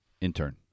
intern